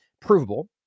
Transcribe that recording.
provable